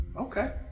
Okay